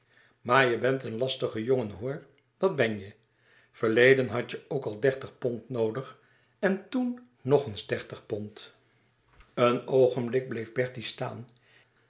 maar je bent een lastige jongen hoor dat ben je verleden hadt je ook al dertig pond noodig en toen nog eens dertig pond een oogenblik bleef bertie staan